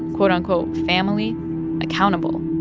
quote, unquote, family accountable,